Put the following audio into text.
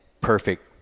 perfect